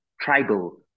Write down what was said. tribal